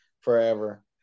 forever